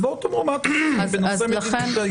אז בואו תאמרו מה אתם מציעים בנושא מדיניות האיזונים.